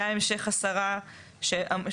היה המשך הסרת אסבסט,